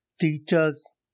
teachers